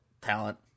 talent